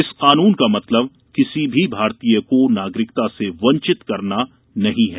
इस कानून का मतलब किसी भी भारतीय को नागरिकता से वंचित करना नहीं है